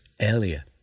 earlier